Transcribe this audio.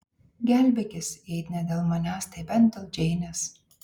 gelbėkis jei ne dėl manęs tai bent dėl džeinės